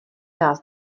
nás